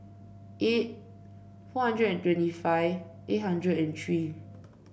eight four hundred and twenty five eight hundred and three